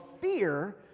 fear